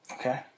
Okay